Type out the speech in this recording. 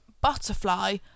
butterfly